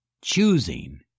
choosing